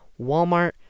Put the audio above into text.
Walmart